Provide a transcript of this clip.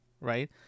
right